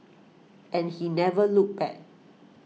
and he never looked back